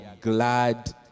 glad